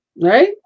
right